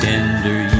Tender